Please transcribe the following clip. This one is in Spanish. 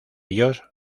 ellos